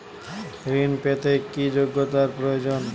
ঋণ পেতে কি যোগ্যতা প্রয়োজন?